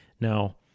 Now